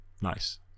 Nice